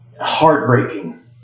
heartbreaking